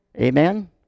Amen